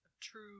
true